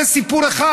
זה סיפור אחד.